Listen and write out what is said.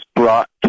brought